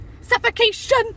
Suffocation